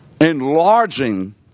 Enlarging